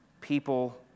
people